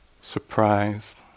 surprised